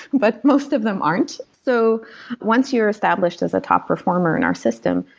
but most of them aren't. so once you're established as a top performer in our system,